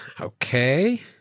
okay